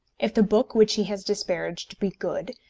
if the book which he has disparaged be good,